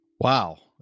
Wow